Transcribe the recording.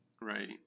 right